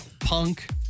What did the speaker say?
Punk